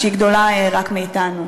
שהיא גדולה מאתנו,